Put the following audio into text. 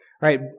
Right